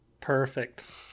Perfect